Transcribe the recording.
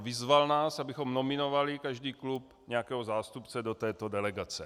Vyzval nás, abychom nominovali každý klub nějakého zástupce do této delegace.